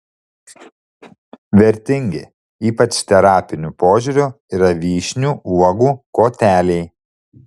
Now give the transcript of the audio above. vertingi ypač terapiniu požiūriu yra vyšnių uogų koteliai